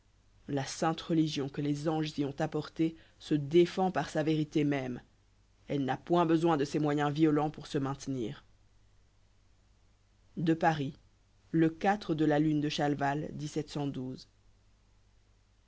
la sainte religion que les anges y ont apportée se défend par sa vérité même elle n'a point besoin de ces moyens violents pour se maintenir à paris le de la lune de chalval